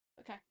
Okay